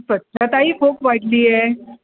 स्वच्छताही खूप वाढली आहे